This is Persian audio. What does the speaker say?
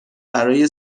برای